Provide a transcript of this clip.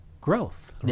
growth